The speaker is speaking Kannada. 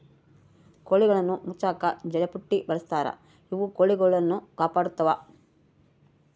ಕೋಳಿಗುಳ್ನ ಮುಚ್ಚಕ ಜಲ್ಲೆಪುಟ್ಟಿ ಬಳಸ್ತಾರ ಇವು ಕೊಳಿಗುಳ್ನ ಕಾಪಾಡತ್ವ